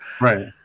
Right